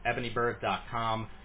ebonybird.com